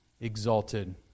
exalted